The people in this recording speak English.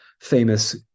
famous